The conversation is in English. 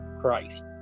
Christ